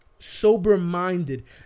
Sober-minded